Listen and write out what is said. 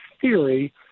theory –